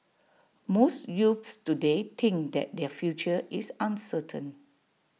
most youths today think that their future is uncertain